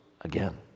again